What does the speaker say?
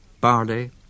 barley